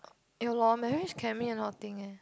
ya lor marriage can mean a lot of thing eh